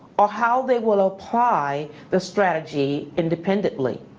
or how they will apply the strategy independently.